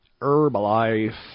Herbalife